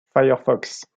firefox